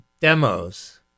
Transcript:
demos